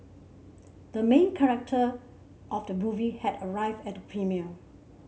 the main character of the movie has arrived at the premiere